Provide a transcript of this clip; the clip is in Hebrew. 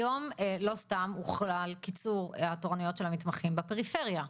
היום לא סתם הוחל קיצור התורנויות של המתמחים בפריפריה.